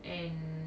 and